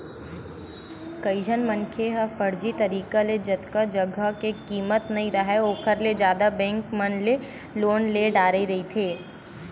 कइझन मनखे ह फरजी तरिका ले जतका जघा के कीमत नइ राहय ओखर ले जादा बेंक मन ले लोन ले डारे रहिथे